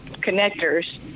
connectors